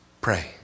Pray